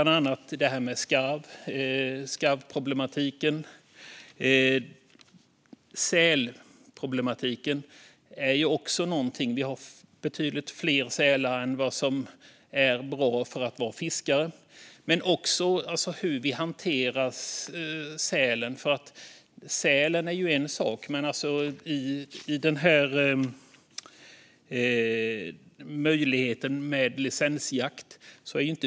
Det gäller bland annat skarvproblematiken och sälproblematiken. Det finns betydligt fler sälar än vad som är bra för dem som är fiskare. Det handlar även om hur vi hanterar sälen - och att vikare inte ingår i licensjakten.